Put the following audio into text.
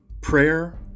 prayer